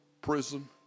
prison